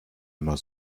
immer